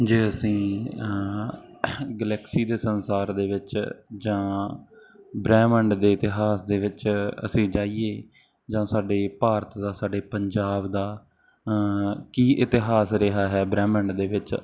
ਜੇ ਅਸੀਂ ਗਲੈਕਸੀ ਦੇ ਸੰਸਾਰ ਦੇ ਵਿੱਚ ਜਾਂ ਬ੍ਰਹਿਮੰਡ ਦੇ ਇਤਿਹਾਸ ਦੇ ਵਿੱਚ ਅਸੀਂ ਜਾਈਏ ਜਾਂ ਸਾਡੇ ਭਾਰਤ ਦਾ ਸਾਡੇ ਪੰਜਾਬ ਦਾ ਕੀ ਇਤਿਹਾਸ ਰਿਹਾ ਹੈ ਬ੍ਰਹਿਮੰਡ ਦੇ ਵਿੱਚ